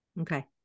Okay